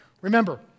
Remember